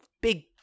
big